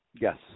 Yes